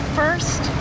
first